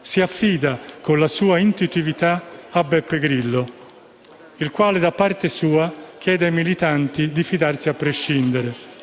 si affida con la sua intuitività a Beppe Grillo, il quale da parte sua chiede ai militanti di fidarsi a prescindere.